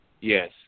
Yes